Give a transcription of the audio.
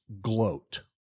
gloat